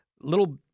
little